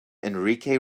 enrique